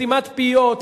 סתימת פיות,